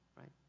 right